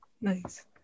Nice